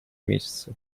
месяцы